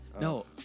no